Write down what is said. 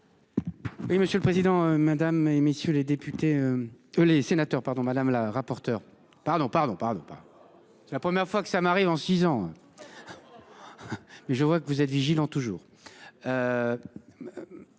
Oui, monsieur le président, Mesdames, et messieurs les députés. Les sénateurs pardon madame la rapporteure pardon pardon pardon pas. C'est la première fois que ça m'arrive en 6 ans. Mais je vois que vous êtes vigilant toujours.